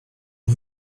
rue